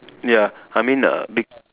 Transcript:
ya I mean uh big